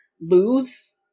lose